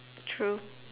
true